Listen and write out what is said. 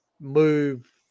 move